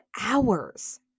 hours